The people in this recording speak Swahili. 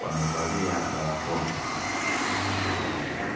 wamevalia barakoa.